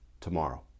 tomorrow